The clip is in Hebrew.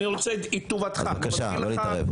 אז בבקשה, לא להתערב.